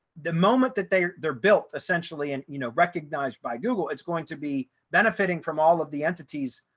the moment that they they're built essentially, and you know, recognized by google, it's going to be benefiting from all of the entities,